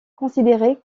considéré